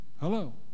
Hello